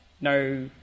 no